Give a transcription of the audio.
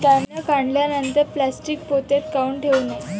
धान्य काढल्यानंतर प्लॅस्टीक पोत्यात काऊन ठेवू नये?